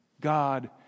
God